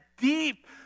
deep